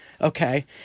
Okay